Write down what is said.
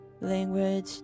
language